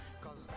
cause